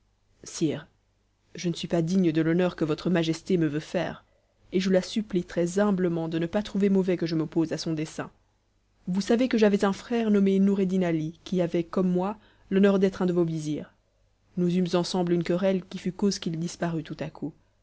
je ne suis pas digne de l'honneur que votre majesté me veut faire et je la supplie très humblement de ne pas trouver mauvais que je m'oppose à son dessein vous savez que j'avais un frère nommé noureddin ali qui avait comme moi l'honneur d'être un de vos vizirs nous eûmes ensemble une querelle qui fut cause qu'il disparut tout à coup